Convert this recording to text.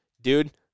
dude